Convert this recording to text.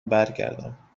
برگردم